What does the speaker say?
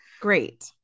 Great